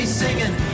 singing